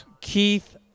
Keith